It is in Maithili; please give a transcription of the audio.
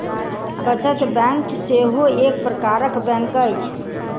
बचत बैंक सेहो एक प्रकारक बैंक अछि